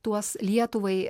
tuos lietuvai